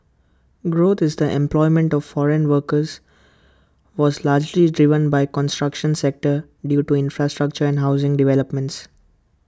growth in the employment of foreign workers was largely driven by construction sector due to infrastructure and housing developments